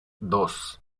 dos